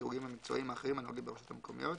מהדירוגים המקצועיים האחרים הנוהגים ברשויות המקומיות,